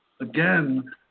Again